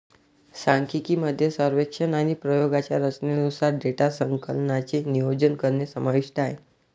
सांख्यिकी मध्ये सर्वेक्षण आणि प्रयोगांच्या रचनेनुसार डेटा संकलनाचे नियोजन करणे समाविष्ट आहे